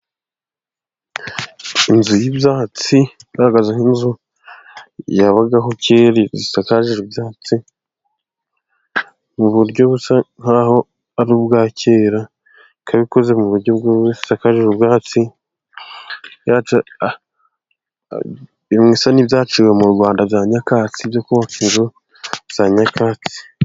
Inzu y'ibyatsi igaragaza nk'inzu yabagaho kera zishakakaje ibyatsi mu buryo busa nk'aho ari ubwa kera, ikabi ikoze mu buryo isakaje ubwatsi, ikaba isa n'ibyaciwe mu Rwanda bya nyakatsi, byo kubaka inzu za nyakatsi.